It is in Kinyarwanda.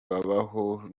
baho